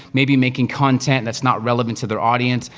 maybe making content that's not relevant to their audience.